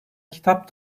kitap